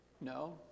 no